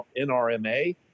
NRMA